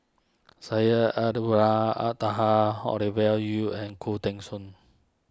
Syed Taha Ovidia Yu and Khoo Teng Soon